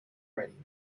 ready